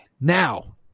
Now